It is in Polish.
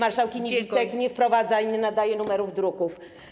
Marszałkini Witek nie wprowadza i nie nadaje numerów druków.